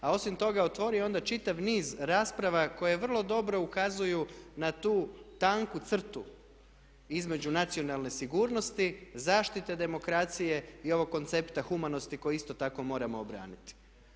A osim toga otvorio je onda čitav niz rasprave koje vrlo dobro ukazuju na tu tanku crtu između nacionalne sigurnosti, zaštite demokracije i ovog koncepta humanosti koji isto tako moramo obraniti.